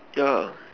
yeah